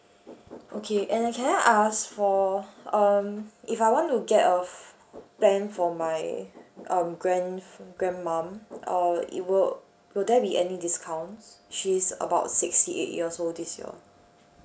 okay and can I ask for um if I want to get a plan for my um grand~ grandmom err it will will there be any discounts she's about sixty eight years old this year